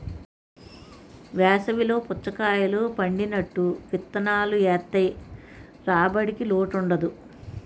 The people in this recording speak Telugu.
వేసవి లో పుచ్చకాయలు పండినట్టు విత్తనాలు ఏత్తె రాబడికి లోటుండదు